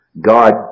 God